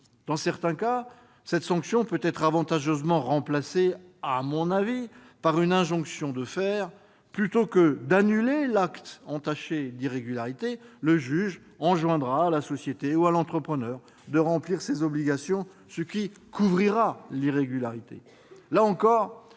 Dans certains cas, cette sanction peut être avantageusement remplacée, à mon avis, par une injonction de faire : plutôt que d'annuler l'acte entaché d'irrégularité, le juge enjoindra à la société ou à l'entrepreneur de remplir ses obligations, ce qui couvrira l'irrégularité.